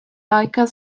like